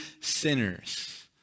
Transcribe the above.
sinners